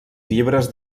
llibres